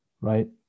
Right